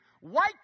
white